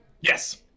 Yes